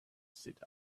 sit